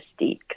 mystique